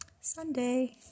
Sunday